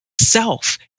self